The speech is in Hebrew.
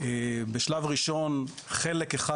בשלב הראשון חלק אחד,